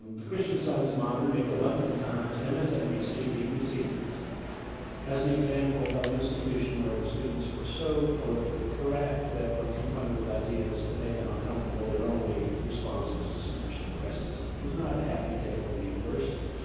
the christian science monitor. it made the london times, msnbc, bbc news as an example of an institution where the students were so politically correct that when confronted with ideas that made them uncomfortable, their only response was to smash the presses. it was not a happy day for the university.